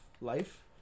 life